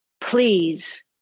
Please